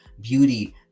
beauty